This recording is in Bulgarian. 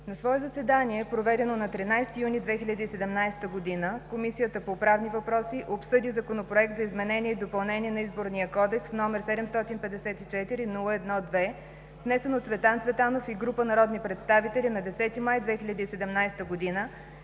„На свое заседание, проведено на 13 юни 2017 г., Комисията по правни въпроси обсъди Законопроект за изменение и допълнение на Изборния кодекс, № 754-01-2, внесен от Цветан Генчев Цветанов и група народни представители на 10 май 2017 г. и